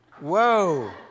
Whoa